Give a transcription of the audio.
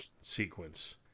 sequence